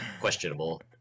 questionable